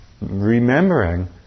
remembering